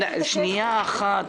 נציגת אגף התקציבים,